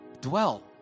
Dwell